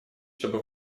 чтобы